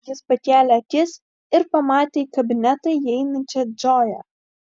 jis pakėlė akis ir pamatė į kabinetą įeinančią džoją